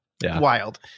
wild